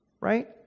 Right